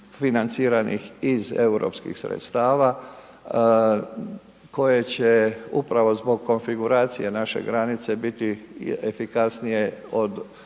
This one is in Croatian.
financiranih iz europskih sredstava koje će upravo zbog konfiguracije naše granice biti efikasnije u